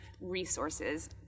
resources